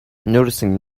noticing